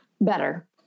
better